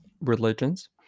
religions